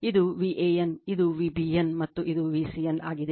ಇದು VAN ಇದು V BN ಮತ್ತು ಇದು VCN ಆಗಿದೆ